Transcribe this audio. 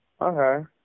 Okay